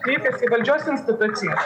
kreipėsi į valdžios institucijas